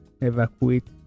evacuate